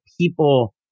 people